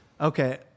Okay